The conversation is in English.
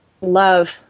love